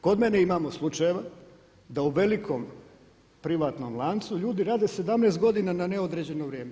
Kod mene imamo slučajeva da u velikom privatnom lancu ljudi rade 17 godina na neodređeno vrijeme.